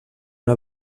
una